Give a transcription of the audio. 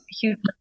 huge